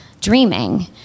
dreaming